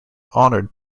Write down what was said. honoured